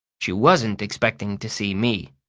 she wasn't expecting to see me.